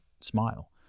smile